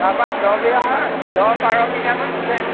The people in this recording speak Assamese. তাৰ পৰা দহ বিঘা দহ বাৰ বিঘামান আছে